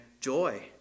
joy